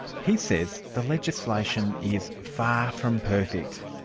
he says the legislation is far from perfect,